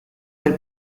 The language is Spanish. del